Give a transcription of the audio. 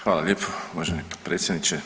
Hvala lijepo uvaženi potpredsjedniče.